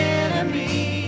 enemy